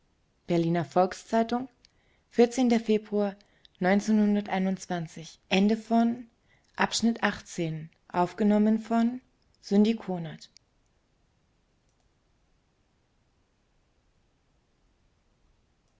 berliner volks-zeitung februar